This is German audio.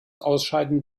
ausscheiden